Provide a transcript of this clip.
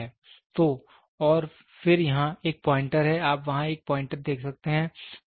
तो और फिर यहां एक पॉइंटर है आप वहां एक पॉइंटर देख सकते हैं